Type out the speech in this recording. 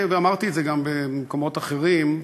ואמרתי את זה גם במקומות אחרים,